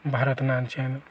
Bharat नाचियन